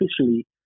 officially